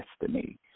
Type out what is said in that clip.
destiny